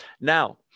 Now